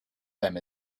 them